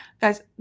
Guys